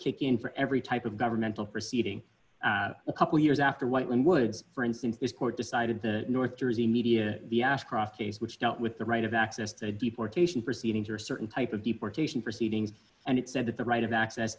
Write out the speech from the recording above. kick in for every type of governmental proceeding a couple of years after whiteland woods for instance this court decided the north jersey media the ask kroft case which dealt with the right of access to deportation proceedings or certain type of deportation proceedings and it said that the right of access